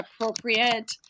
appropriate